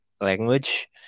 language